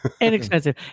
inexpensive